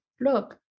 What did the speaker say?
look